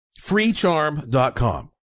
Freecharm.com